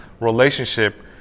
relationship